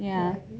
ya